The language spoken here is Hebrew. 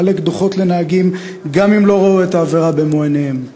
דוחות לנהגים גם אם לא ראו את העבירה במו עיניהם.